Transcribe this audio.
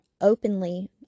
openly